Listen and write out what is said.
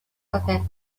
effect